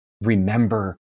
remember